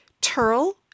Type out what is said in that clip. turl